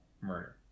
murder